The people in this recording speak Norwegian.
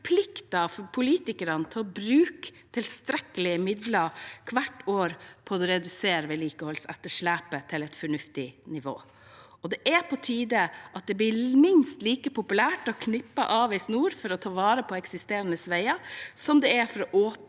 som forplikter politikerne til å bruke tilstrekkelige midler hvert år på å redusere vedlikeholdsetterslepet til et fornuftig nivå. Det er på tide at det blir minst like populært å klippe en snor for å ta vare på eksisterende veier som det er for å åpne